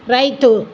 రైతు